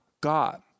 God